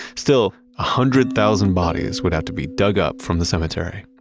still, a hundred thousand bodies would have to be dug up from the cemetery.